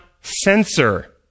censor